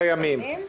קיימים.